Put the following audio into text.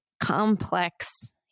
complex